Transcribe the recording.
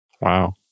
Wow